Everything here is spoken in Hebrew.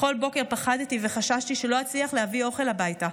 בכל בוקר פחדתי וחששתי שלא אצליח להביא אוכל הביתה.